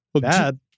Bad